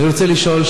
אני רוצה לשאול,